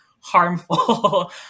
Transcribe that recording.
harmful